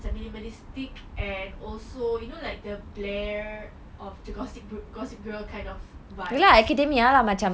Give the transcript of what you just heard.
macam minimalistic and also you know like the black rare of macam gossip girl kind of vibes